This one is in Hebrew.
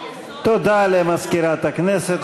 תודה למזכירת הכנסת.